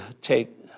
take